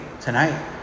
tonight